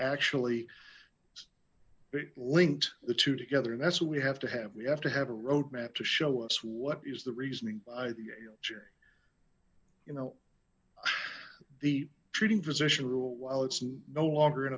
actually linked the two together and that's what we have to have we have to have a road map to show us what is the reasoning you know the treating physician rule while it's an no longer in